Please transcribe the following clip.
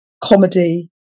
comedy